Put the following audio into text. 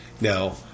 Now